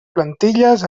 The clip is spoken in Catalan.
plantilles